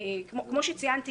כמו שציינתי,